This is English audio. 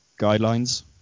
guidelines